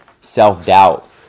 self-doubt